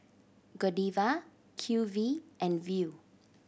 Godiva Q V and Viu